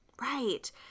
Right